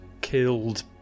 killed